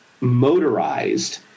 motorized